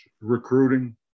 recruiting